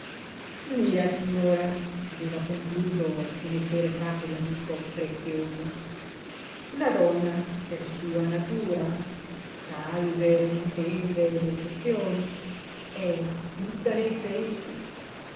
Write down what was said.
via signora aveva concluso alcune sere fa quell'amico prezioso la donna per sua natura salve s'intende le eccezioni è tutta nei sensi